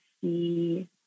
see